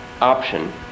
option